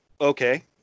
Okay